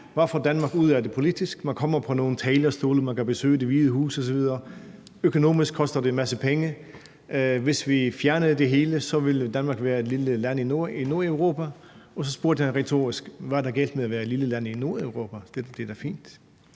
Hvad får Danmark ud af det politisk? Man kommer på nogle talerstole, man kan besøge Det Hvide Hus osv. Økonomisk koster det en masse penge. Hvis vi fjernede det hele, ville Danmark være et lille land i Nordeuropa. Så spurgte han retorisk: Hvad er der galt med at være et lille land i Nordeuropa? Det er da fint.